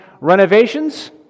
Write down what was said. Renovations